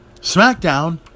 SmackDown